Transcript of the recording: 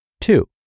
Two